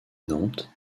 nantes